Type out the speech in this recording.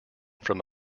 from